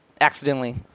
accidentally